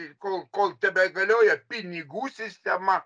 kol kol tebegalioja pinigų sistema